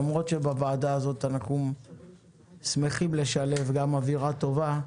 למרות שבוועדה הזאת אנחנו שמחים לשלב גם אווירה טובה.